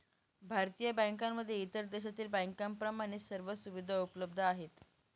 भारतीय बँकांमध्ये इतर देशातील बँकांप्रमाणे सर्व सुविधा उपलब्ध आहेत